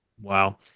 wow